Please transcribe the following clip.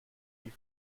die